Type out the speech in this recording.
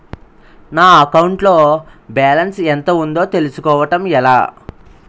నా అకౌంట్ లో బాలన్స్ ఎంత ఉందో తెలుసుకోవటం ఎలా?